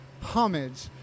Homage